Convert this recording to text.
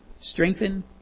strengthen